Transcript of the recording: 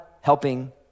helping